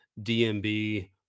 DMB